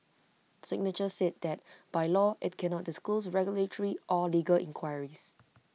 signature said that by law IT cannot disclose regulatory or legal inquiries